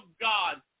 God